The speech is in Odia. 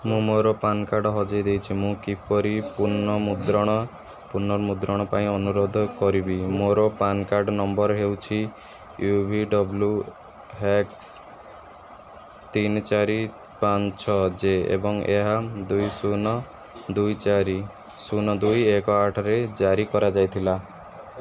ମୁଁ ମୋର ପାନ୍ କାର୍ଡ଼ ହଜାଇ ଦେଇଛି ମୁଁ କିପରି ପୁନଃମୁଦ୍ରଣ ପାଇଁ ଅନୁରୋଧ କରିବି ମୋର ପାନ୍ କାର୍ଡ଼ ନମ୍ବର ହେଉଛି ୟୁ ଭି ଡ଼ବ୍ଲୁ ଏକ୍ସ ତିନି ଚାରି ପାଞ୍ଚ ଛଅ ଜେ ଏବଂ ଏହା ଦୁଇ ଶୂନ ଦୁଇ ଚାରି ଶୂନ ଦୁଇ ଏକ ଆଠରେ ଜାରି କରାଯାଇଥିଲା